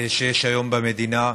שיש היום במדינה.